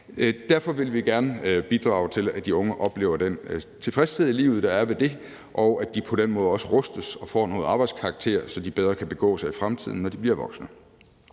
Derfor vil vi gerne bidrage til, at de unge oplever den tilfredshed i livet, der er ved det, og at de på den måde også rustes og får noget arbejdskarakter, så de bedre kan begå sig i fremtiden, når de bliver voksne.